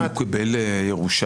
אם הוא קיבל ירושה.